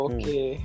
Okay